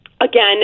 again